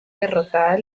derrotadas